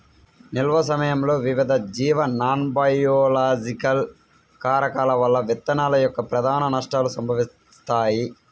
నిల్వ సమయంలో వివిధ జీవ నాన్బయోలాజికల్ కారకాల వల్ల విత్తనాల యొక్క ప్రధాన నష్టాలు సంభవిస్తాయి